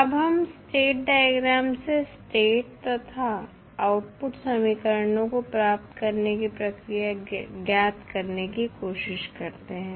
अब हम state diagram से स्टेट तथा आउटपुट समीकरणों को प्राप्त करने की प्रक्रिया ज्ञात करने की कोशिश करते हैं